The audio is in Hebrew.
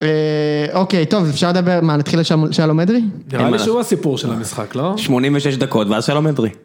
אוקיי, טוב, אפשר לדבר? מה, נתחיל לשלום אדרי? נראה לי שהוא הסיפור של המשחק, לא? 86 דקות, ואז שלום אדרי?